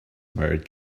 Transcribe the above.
mode